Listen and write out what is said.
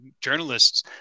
journalists